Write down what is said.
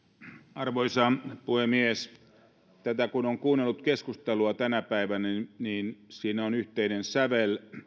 arvoisa puhemies kun on kuunnellut tätä keskustelua tänä päivänä niin siinä on ollut yhteinen sävel